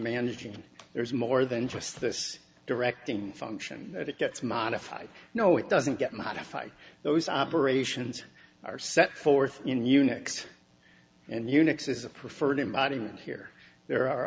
managing there is more than just this directing function that it gets modified no it doesn't get modified those operations are set forth in unix and unix is a preferred embodiment here there are